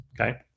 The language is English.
Okay